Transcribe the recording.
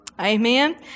Amen